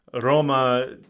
Roma